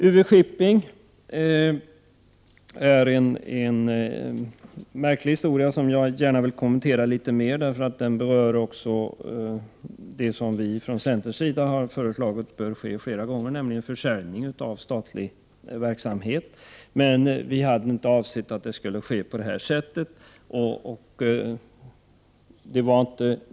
UV-Shipping är en märklig historia, som jag gärna vill kommentera litet mera, eftersom den berör det som vi från centerns sida har föreslagit bör ske i större utsträckning, nämligen försäljning av statlig verksamhet. Men vi hade inte avsett att det skulle ske på detta sätt.